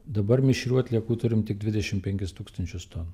dabar mišrių atliekų turime tik dvidešimt penkis tūkstančius tonų